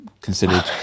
considered